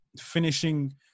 finishing